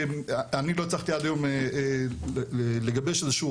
אני לא הצלחתי עד היום לגבש איזושהי